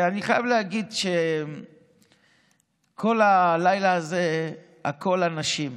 אני חייב להגיד שכל הלילה הזה הכול אנשים,